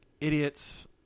idiots